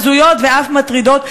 הזויות ואף מטרידות.